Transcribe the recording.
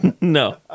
No